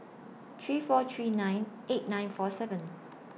three four three nine eight nine four seven